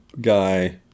guy